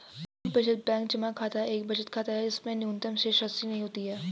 मूल बचत बैंक जमा खाता एक बचत खाता है जिसमें न्यूनतम शेषराशि नहीं होती है